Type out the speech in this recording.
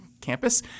campus